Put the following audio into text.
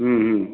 हुँ हुँ